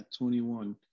21